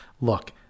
look